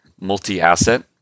multi-asset